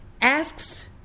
Asks